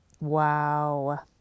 Wow